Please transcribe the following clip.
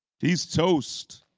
he's toast.